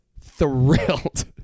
thrilled